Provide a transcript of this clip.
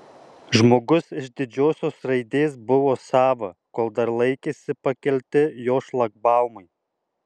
žmogus iš didžiosios raidės buvo sava kol dar laikėsi pakelti jo šlagbaumai